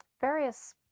various